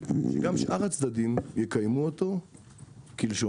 גם שאר הצדדים יקיימו אותו כלשונו.